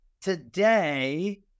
today